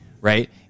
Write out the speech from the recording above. right